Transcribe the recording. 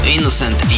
Innocent